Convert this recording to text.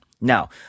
Now